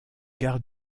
gares